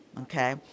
okay